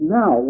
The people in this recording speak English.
now